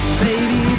Baby